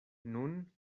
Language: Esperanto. nun